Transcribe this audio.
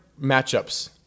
matchups